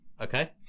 Okay